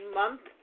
month